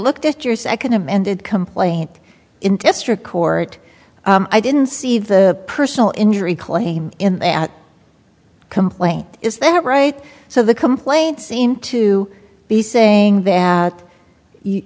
looked at your second amended complaint in district court i didn't see the personal injury claim in that complaint is that right so the complaint seemed to be saying that